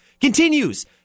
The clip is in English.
continues